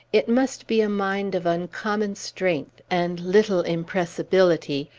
it must be a mind of uncommon strength, and little impressibility,